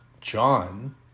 John